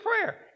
prayer